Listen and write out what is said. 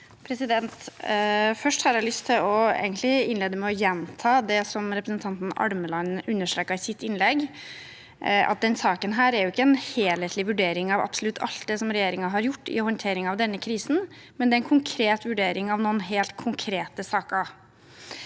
lyst til å innlede med å gjenta det som representanten Almeland understreket i sitt innlegg; at denne saken ikke er en helhetlig vurdering av absolutt alt det regjeringen har gjort i håndteringen av denne krisen, men det er en konkret vurdering av noen helt konkrete saker.